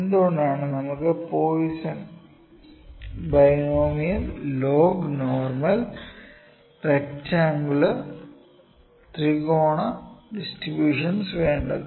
എന്തുകൊണ്ടാണ് നമുക്ക് Poisson binomial log normal rectangular ത്രികോണ ഡിസ്ട്രിബൂഷൻസ് വേണ്ടത്